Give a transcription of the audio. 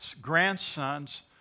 grandson's